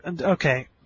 okay